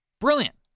Brilliant